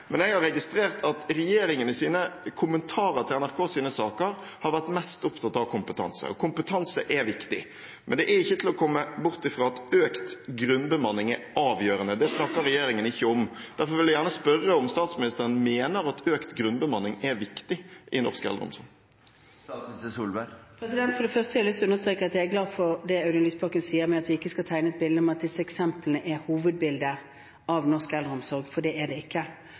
Men jeg har registrert at regjeringen i sine kommentarer til NRKs saker har vært mest opptatt av kompetanse. Kompetanse er viktig, men det er ikke til å komme bort ifra at økt grunnbemanning er avgjørende. Det snakker regjeringen ikke om. Derfor vil jeg gjerne spørre om statsministeren mener at økt grunnbemanning er viktig i norsk eldreomsorg. Først har jeg lyst til å understreke at jeg er glad for det Audun Lysbakken sier om at vi ikke skal tegne et bilde av disse eksemplene som hovedbildet av norsk eldreomsorg, for det er det ikke.